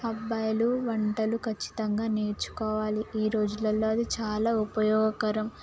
అబ్బాయిలు వంటలు ఖచ్చితంగా నేర్చుకోవాలి ఈ రోజులలో అది చాలా ఉపయోగకరం